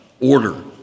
Order